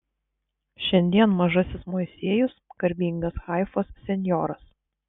šiandien mažasis moisiejus garbingas haifos senjoras